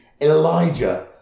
Elijah